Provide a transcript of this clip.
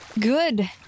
good